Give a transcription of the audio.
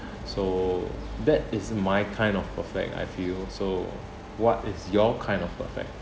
so that is my kind of perfect I feel so what is your kind of perfect